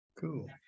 Cool